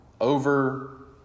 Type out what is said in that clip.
over